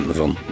van